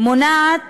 הוראת